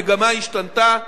המגמה השתנתה.